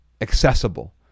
accessible